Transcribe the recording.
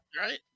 Right